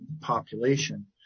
population